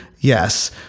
Yes